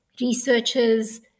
researchers